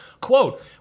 Quote